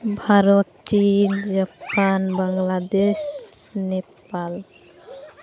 ᱵᱷᱟᱨᱚᱛ ᱪᱤᱱ ᱡᱟᱯᱟᱱ ᱵᱟᱝᱞᱟᱫᱮᱥ ᱱᱮᱯᱟᱞ